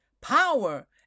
power